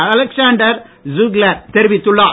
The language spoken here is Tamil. அலெக்சாண்டர் ஜீக்லர் தெரிவித்துள்ளார்